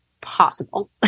possible